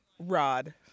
Rod